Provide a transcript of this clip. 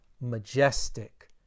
majestic